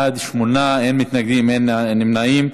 בעד, 8, אין מתנגדים, אין נמנעים.